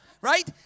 right